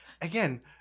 again